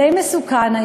די מסוכן,